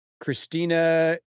Christina